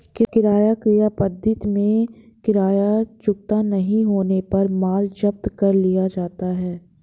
किराया क्रय पद्धति में किराया चुकता नहीं होने पर माल जब्त कर लिया जाता है